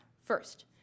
First